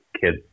kid